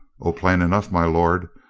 o, plain enough, my lord.